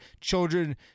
children